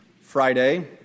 Friday